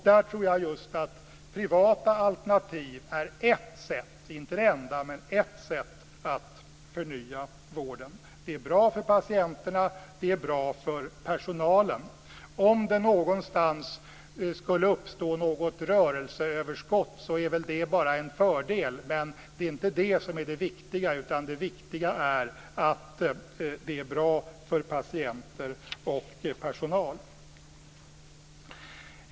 Jag tror just att privata alternativ är ett sätt - inte det enda - att förnya vården. Det är bra för patienterna och personalen. Om det någonstans skulle uppstå något rörelseöverskott är det bara en fördel, men det är inte det viktiga. Det viktiga är att det är bra för patienter och personal.